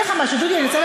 שתדע את ההשלכות.